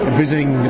visiting